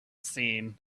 seen